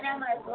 हा मारक